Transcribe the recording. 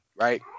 right